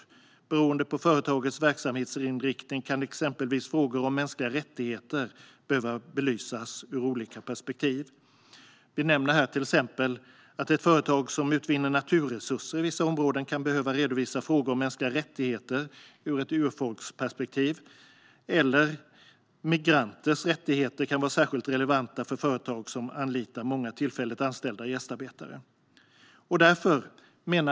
Beroende på företagets verksamhetsinriktning kan exempelvis frågor om mänskliga rättigheter behöva belysas ur olika perspektiv. Ett företag som utvinner naturresurser i vissa områden kan till exempel behöva redovisa frågor om mänskliga rättigheter ur ett urfolksperspektiv, och migranters rättigheter kan vara särskilt relevanta för företag som anlitar många tillfälligt anställda gästarbetare.